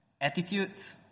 attitudes